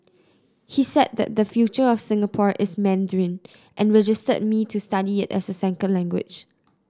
he said the future of Singapore is Mandarin and registered me to study it as a second language